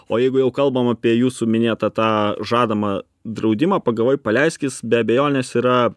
o jeigu jau kalbam apie jūsų minėtą tą žadamą draudimą pagavai paleisk jis be abejonės yra